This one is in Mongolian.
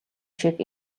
шиг